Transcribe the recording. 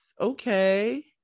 okay